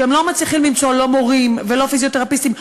שבהם לא מצליחים למצוא לא מורים ולא פיזיותרפיסטים.